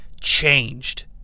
changed